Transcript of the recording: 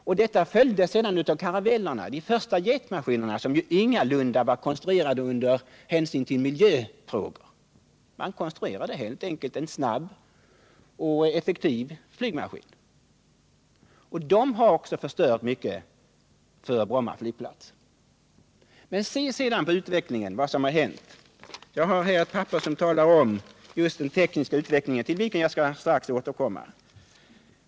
DC 7-orna följdes sedan av Caravellerna, de första jetmaskinerna, som ingalunda var konstruerade med hänsyn till miljöfrågorna. Man konstruerade helt enkelt en snabb och effektiv flygmaskin. De har också betytt mycket för motståndet mot Bromma flygplats. Men se på utvecklingen och vad som har hänt! Jag har här i min hand ett papper som talar om just den tekniska utvecklingen, till vilken jag strax skall återkomma.